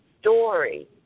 story